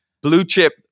blue-chip